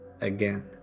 again